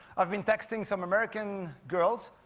i've been texting some american girls.